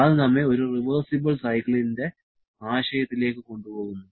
അത് നമ്മെ ഒരു റിവേഴ്സിബൽ സൈക്കിളിന്റെ ആശയത്തിലേക്ക് കൊണ്ടുപോകുന്നു